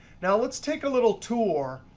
now let's take a little tour.